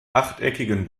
achteckigen